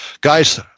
Guys